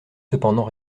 cependant